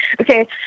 Okay